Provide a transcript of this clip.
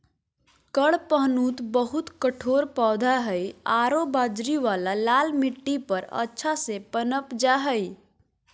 कडपहनुत बहुत कठोर पौधा हइ आरो बजरी वाला लाल मिट्टी पर अच्छा से पनप जा हइ